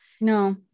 No